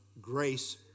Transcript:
grace